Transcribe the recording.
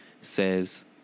Says